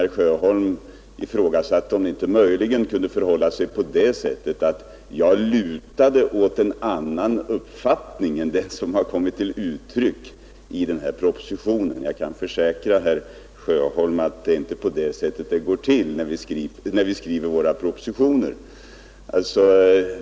Herr Sjöholm ifrågasatte om det inte möjligen kunde förhålla sig på det sättet att jag lutade åt en annan uppfattning än den som har kommit till uttryck i propositionen. Jag kan försäkra herr Sjöholm att det inte går till på det sättet när vi skriver våra propositioner.